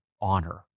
honor